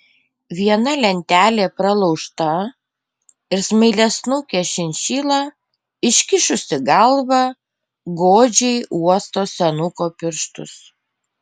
viena lentelė pralaužta ir smailiasnukė šinšila iškišusi galvą godžiai uosto senuko pirštus